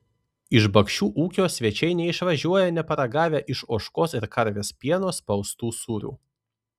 iš bakšių ūkio svečiai neišvažiuoja neparagavę iš ožkos ir karvės pieno spaustų sūrių